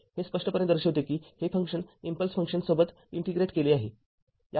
हे स्पष्टपणे दर्शवते की हे फंक्शन इम्पल्स फंक्शन सोबत इंटिग्रेट केले आहे